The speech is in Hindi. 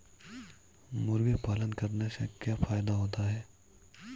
मुर्गी पालन करने से क्या फायदा होता है?